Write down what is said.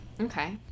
Okay